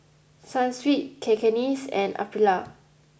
Sunsweet Cakenis and Aprilia